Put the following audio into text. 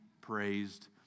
praised